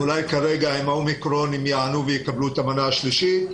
אולי כרגע עם ה-אומיקרון הם ייענו ויקבלו את המנה השלישית.